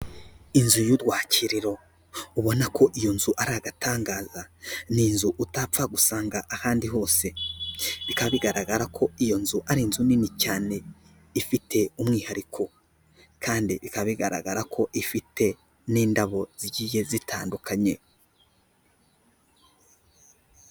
Inzu y'urwakiriro ubona ko iyo nzu ari agatangaza, ni inzu utapfa gusanga ahandi hose, bikaba bigaragara ko iyo nzu ari inzu nini cyane ifite umwihariko, kandi bikaba bigaragara ko ifite n'indabo zigiye zitandukanye.